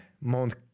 Mount